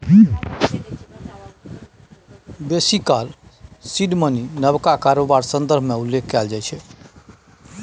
बेसी काल seed money नबका कारोबार संदर्भ मे उल्लेख कएल जाइ छै